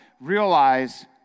realize